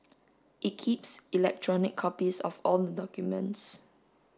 it keeps electronic copies of all the documents